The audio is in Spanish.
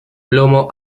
plomo